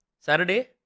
Saturday